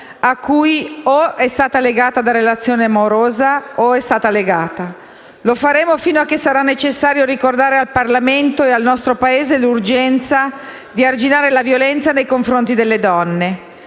a cui è stata legata da relazione amorosa o è stata legata. Lo faremo fino a che sarà necessario ricordare al Parlamento e al nostro Paese l'urgenza di arginare la violenza nei confronti delle donne.